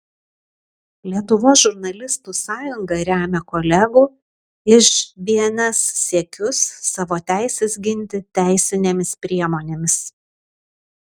lietuvos žurnalistų sąjunga remia kolegų iš bns siekius savo teises ginti teisinėmis priemonėmis